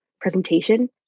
presentation